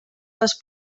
les